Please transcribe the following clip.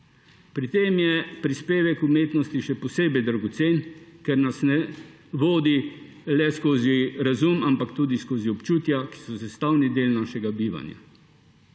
Pri tem je prispevek umetnosti še posebej dragocen, ker nas ne vodi le skozi razum, ampak tudi skozi občutja, ki so sestavni del našega bivanja.